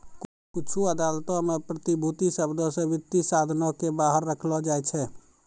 कुछु अदालतो मे प्रतिभूति शब्दो से वित्तीय साधनो के बाहर रखलो जाय छै